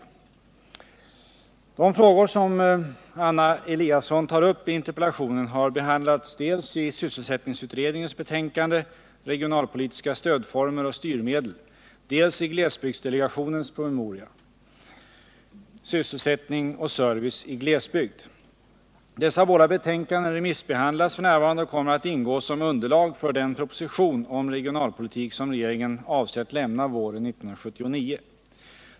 De frågor som Anna Eliasson tar upp i interpellationen har behandlats dels i sysselsättningsutredningens betänkande, Regionalpolitiska stödformer och styrmedel, dels i glesbygdsdelegationens promemoria, Sysselsättning och service i glesbygd. Dessa båda betänkanden remissbehandlas f.n. och kommer att ingå som underlag för den proposition om regionalpolitik som regeringen avser att lämna våren 1979.